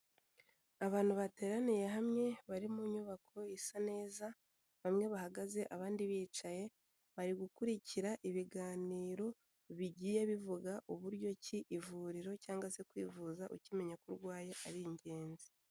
Abantu bateraniye hamwe bari mu nyubako isa neza, bamwe bahagaze abandi bicaye, bari gukurikira ibiganiro bigiye bivuga uburyo ki ivuriro cyangwa se kwivuza ukimenya ko urwaye ari ingenzi.